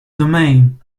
domain